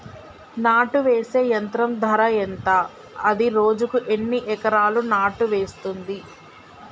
నాటు వేసే యంత్రం ధర ఎంత? అది రోజుకు ఎన్ని ఎకరాలు నాటు వేస్తుంది?